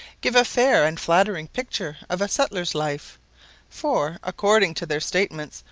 give a fair and flattering picture of a settler's life for, according to their statements,